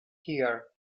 here